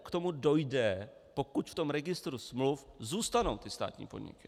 K tomu dojde, pokud v tom registru smluv zůstanou státní podniky.